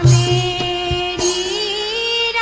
e.